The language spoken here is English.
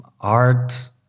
art